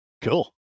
cool